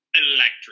electric